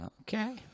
Okay